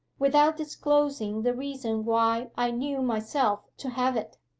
without disclosing the reason why i knew myself to have it.